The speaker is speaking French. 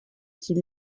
qui